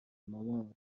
مامان